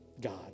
God